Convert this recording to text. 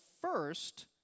first